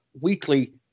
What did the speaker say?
weekly